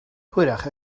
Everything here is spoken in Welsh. hwyrach